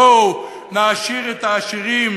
בואו נעשיר את העשירים